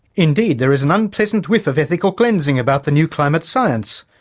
indeed, there is an unpleasant whiff of ethical cleansing about the new climate science.